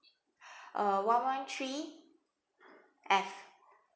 uh one one three F